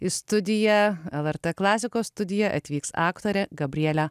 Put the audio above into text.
į studiją lrt klasikos studiją atvyks aktorė gabrielė